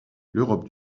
l’europe